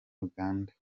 uganda